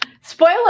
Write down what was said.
Spoiler